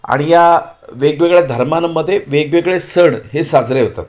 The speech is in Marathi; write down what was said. आणि या वेगवेगळ्या धर्माांमध्ये वेगवेगळे सण हे साजरे होतात